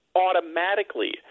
automatically